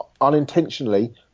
unintentionally